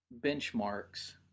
benchmarks